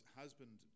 husband